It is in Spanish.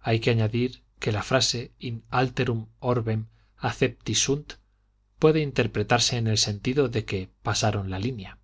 hay que añadir que la frase in alterum orbem accepti sunt puede interpretarse en el sentido de que pasaron la línea